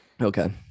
Okay